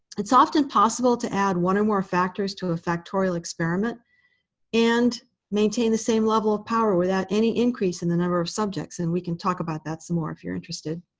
it's often possible to add one or more factors to a factorial experiment and maintain the same level of power without any increase in the number of subjects. and we can talk about that some more if you're interested.